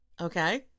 Okay